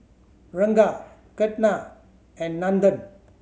Ranga Ketna and Nandan